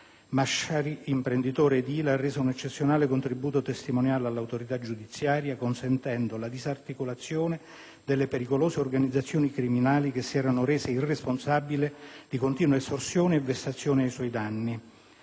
«Masciari, imprenditore edile, ha reso un eccezionale contributo testimoniale all'autorità giudiziaria consentendo la disarticolazione delle pericolose organizzazioni criminali che si erano rese responsabili di continue estorsioni e vessazioni ai suoi danni